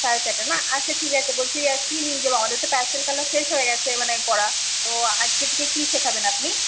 সাড়ে চারটা না আচ্ছা ঠিক আছে বলছি যে কী নিয়ে যাবো আমাদের তো প্যাস্টেল কালার শেষ হয়ে গেছে মানে করা তো আজকে থেকে কী শেখাবেন আপনি